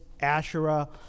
Asherah